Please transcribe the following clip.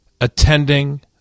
attending